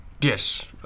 Yes